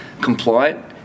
compliant